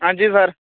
हंजी सर